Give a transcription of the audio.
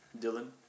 Dylan